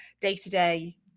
day-to-day